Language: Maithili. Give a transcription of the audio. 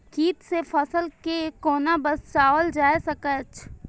कीट से फसल के कोना बचावल जाय सकैछ?